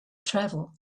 travel